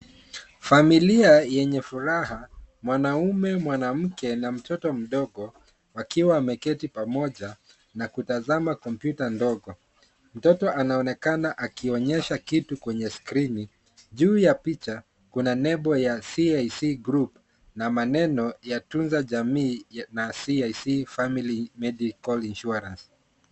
Familia yenye furaha, mwanaume, mwanamke, na mtoto mdogo wakiwa wameketi pamoja, na kutazama Kompyuta ndogo. Mtoto anaonekana akionyesha kitu kwenye skrini. Juu ya picha kuna nembo ya CIC Group na maneno ya, Tunza jamii na CIC family medical insurance.